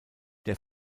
der